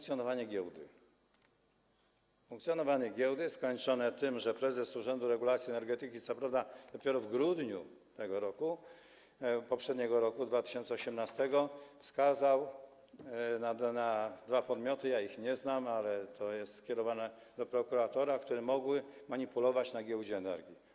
Chodzi o funkcjonowanie giełdy zakończone tym, że prezes Urzędu Regulacji Energetyki, co prawda dopiero w grudniu poprzedniego roku, 2018 r., wskazał dwa podmioty - ja ich nie znam, ale to jest kierowane do prokuratora - które mogły manipulować na giełdzie energii.